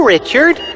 Richard